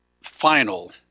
final